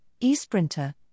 eSprinter